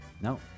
No